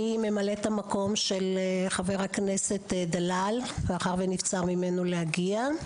אני ממלאת המקום של חבר הכנסת דלל מאחר ונבצר ממנו להגיע.